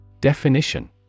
Definition